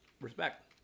Respect